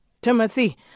Timothy